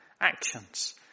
actions